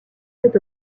cet